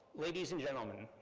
ladies and gentlemen,